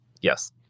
yes